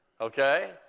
Okay